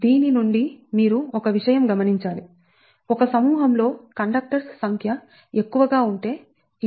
దీని నుండి మీరు ఒక విషయం గమనించాలిఒక సమూహంలో కండక్టర్స్ సంఖ్య ఎక్కువగా ఉంటే ఇండక్టెన్స్ 0